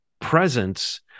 presence